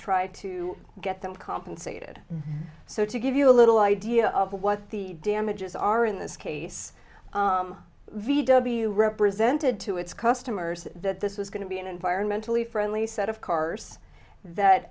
try to get them compensated so to give you a little idea of what the damages are in this case v w represented to its customers that this was going to be an environmentally friendly set of cars